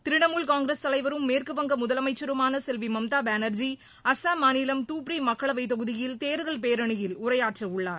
திரிணமூல் காங்கிரஸ் தலைவரும் மேற்குவங்க முதலமைச்சருமான செல்வி மம்தா பானா்ஜி அஸ்ஸாம் மாநிலம் தூப்ரி மக்களவைத் தொகுதியில் தேர்தல் பேரணியில் உரையாற்றவுள்ளார்